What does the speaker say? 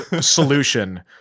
solution